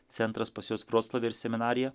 centras pas jos krostove ir seminarija